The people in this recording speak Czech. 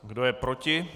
Kdo je proti?